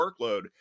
workload